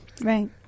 Right